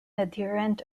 adherent